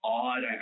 odd